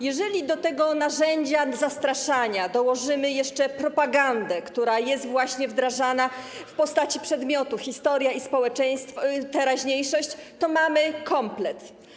Jeżeli do narzędzia zastraszania dołożymy jeszcze propagandę, która jest właśnie wdrażana w postaci przedmiotu historia i teraźniejszość, to mamy komplet.